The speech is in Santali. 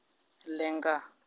ᱞᱮᱸᱜᱟ